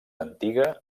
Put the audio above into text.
antiga